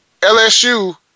LSU